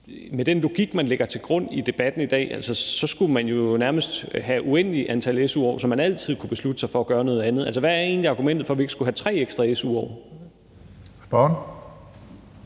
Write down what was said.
med den logik, man lægger for dagen i debatten i dag, skulle man jo nærmest have uendelige antal su-år, så man altid kunne beslutte sig for at gøre noget andet. Altså, hvad er egentlig argumentet for, at vi ikke skulle have tre ekstra su-år?